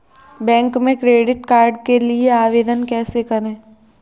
Bank में credit card के लिए आवेदन कैसे करें?